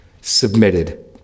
submitted